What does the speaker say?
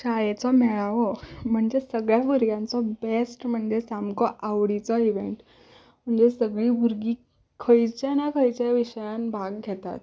शाळेचो मेळावो म्हणजे सगळ्यां भुरग्यांचो बेश्ट म्हणजे सामको आवडीचो इवेंट म्हणजे सगळीं भुरगीं खंयच्या ना खंयच्या विशयांत भाग घेतात